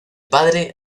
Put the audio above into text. padre